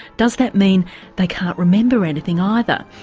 does that mean they can't remember anything either?